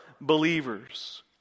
believers